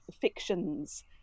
fiction's